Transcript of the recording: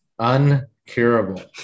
uncurable